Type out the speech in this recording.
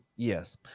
Yes